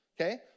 okay